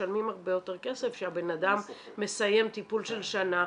משלמים הרבה יותר כסף שהבנאדם מסיים טיפול של שנה,